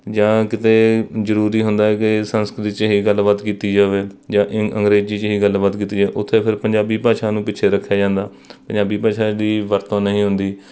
ਜਾਂ ਕਿਤੇ ਜ਼ਰੂਰੀ ਹੁੰਦਾ ਹੈ ਕਿ ਸੰਸਕ੍ਰਿਤ 'ਚ ਹੀ ਗੱਲਬਾਤ ਕੀਤੀ ਜਾਵੇ ਜਾਂ ਇ ਅੰਗਰੇਜ਼ੀ 'ਚ ਹੀ ਗੱਲਬਾਤ ਕੀਤੀ ਜਾਵੇ ਉੱਥੇ ਫਿਰ ਪੰਜਾਬੀ ਭਾਸ਼ਾ ਨੂੰ ਪਿੱਛੇ ਰੱਖਿਆ ਜਾਂਦਾ ਪੰਜਾਬੀ ਭਾਸ਼ਾ ਦੀ ਵਰਤੋਂ ਨਹੀਂ ਹੁੰਦੀ